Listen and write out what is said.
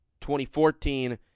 2014